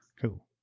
Cool